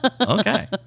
Okay